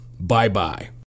Bye-bye